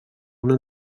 una